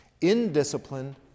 Indiscipline